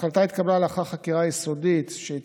ההחלטה התקבלה לאחר חקירה יסודית ומקיפה של האירוע,